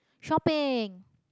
shopping